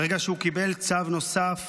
ברגע שהוא קיבל צו נוסף,